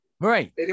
Right